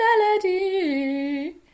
melody